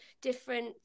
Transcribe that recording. different